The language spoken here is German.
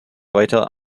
weiter